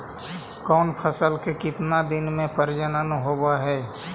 कौन फैसल के कितना दिन मे परजनन होब हय?